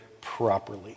properly